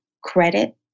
credit